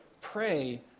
pray